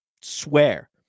swear